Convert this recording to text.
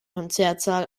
konzertsaal